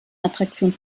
attraktion